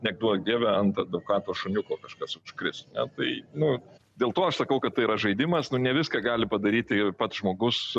neduok dieve ant advokato šuniuko kažkas užkris ne tai nu dėl to aš sakau kad tai yra žaidimas nu ne viską gali padaryti ir pats žmogus